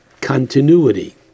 continuity